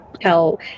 tell